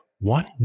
one